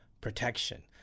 protection